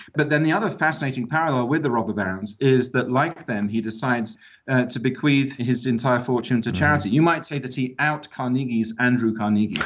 but then the other fascinating parallel with the robber barons is that, like them, he decides to bequeath his entire fortune to charity. you might say that he out-carnegies andrew carnegie